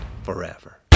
Forever